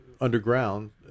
underground